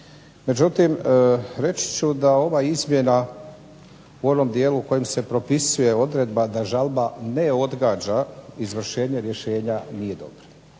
Međutim, reći ću da ova izmjena u onom dijelu u kojem se propisuje odredba da žalba ne odgađa izvršenje rješenja nije dobro.